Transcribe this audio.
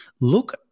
Look